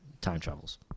time-travels